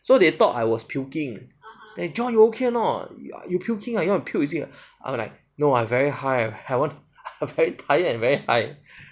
so they thought I was puking eh john you okay or not you puking ah you want to puke is it I was like no I very high I want I very tired and very high